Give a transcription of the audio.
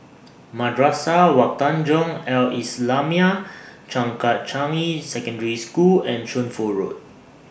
Madrasah Wak Tanjong Al Islamiah Changkat Changi Secondary School and Shunfu Road